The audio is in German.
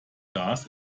gas